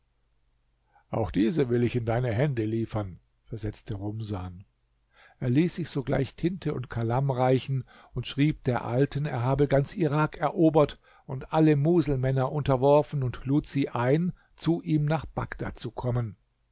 auch diese will ich in deine hände liefern versetzte rumsan er ließ sich sogleich tinte und kalam reichen und schrieb der alten er habe ganz irak erobert und alle muselmänner unterworfen und lud sie ein zu ihm nach bagdad zu kommen